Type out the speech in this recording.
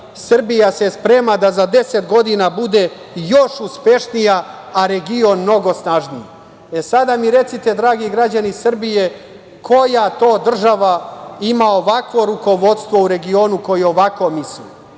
Srbija se sprema da za 10 godina bude još uspešnija, a region mnogo snažniji. Sada mi recite dragi građani Srbije, koja to država ima ovakvo rukovodstvo u regionu koje ovako misli,